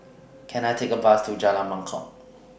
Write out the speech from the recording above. Can I Take A Bus to Jalan Mangkok